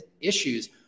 issues